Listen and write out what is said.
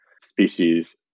species